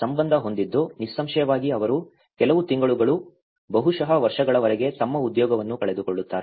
ಸಂಬಂಧ ಹೊಂದಿದ್ದು ನಿಸ್ಸಂಶಯವಾಗಿ ಅವರು ಕೆಲವು ತಿಂಗಳುಗಳು ಬಹುಶಃ ವರ್ಷಗಳವರೆಗೆ ತಮ್ಮ ಉದ್ಯೋಗವನ್ನು ಕಳೆದುಕೊಳ್ಳುತ್ತಾರೆ